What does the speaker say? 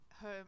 home